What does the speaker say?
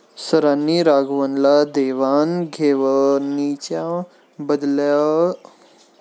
सरांनी राघवनला देवाण घेवाणीच्या बदलत्या पद्धतींबद्दल माहिती दिली